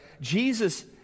Jesus